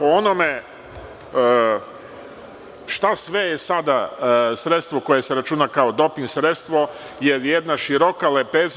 O tome šta je sada sve sredstvo koje se računa kao doping sredstvo je jedna široka lepeza.